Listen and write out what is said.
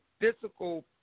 physical